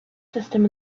system